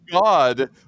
god